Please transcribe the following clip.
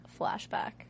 flashback